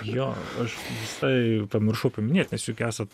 jo aš visai pamiršau paminėt nes juk esat